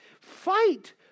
Fight